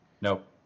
Nope